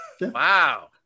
Wow